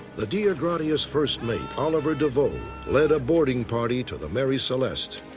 the dei ah gratia's first mate, oliver deveau, led a boarding party to the mary celeste.